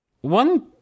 one